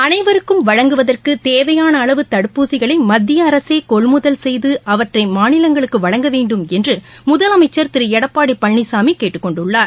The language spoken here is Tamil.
அளைவருக்கும் வழங்குவதற்கு தேவையான அளவு தடுப்பூசிகளை மத்திய அரசே கொள்முதல் செய்து அவற்றை மாநிலங்களுக்கு வழங்க வேண்டும் என்று முதலமைச்சர் திரு எடப்பாடி பழனிசாமி கேட்டுக்கொண்டுள்ளார்